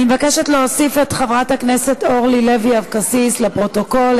אני מבקשת להוסיף את חברת הכנסת אורלי לוי אבקסיס לפרוטוקול,